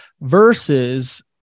versus